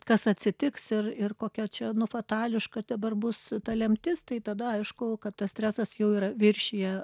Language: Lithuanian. kas atsitiks ir ir kokia čia nu fatališka dabar bus ta lemtis tai tada aišku kad tas stresas jau yra viršija